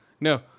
no